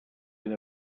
hyn